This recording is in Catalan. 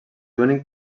únic